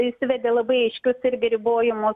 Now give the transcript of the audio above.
įsivedė labai aiškius irgi ribojimus